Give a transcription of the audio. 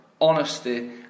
honesty